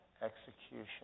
execution